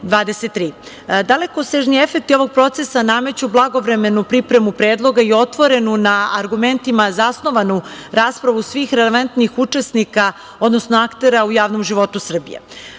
23.Dalekosežni efekti ovog procesa nameću blagovremenu pripremu predloga i otvorenu na argumentima zasnovanu raspravu svih relevantnih učesnika, odnosno aktera u javnom životu Srbije. Samo